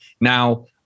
Now